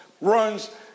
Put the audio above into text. runs